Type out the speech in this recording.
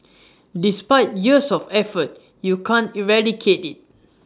despite years of effort you can't eradicate IT